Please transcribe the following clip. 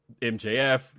MJF